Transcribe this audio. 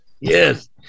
Yes